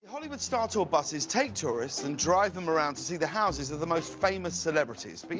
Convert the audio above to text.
hollywood star tour buses take tourists and drive them around to see the houses of the most famous celebrities. but